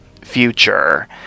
future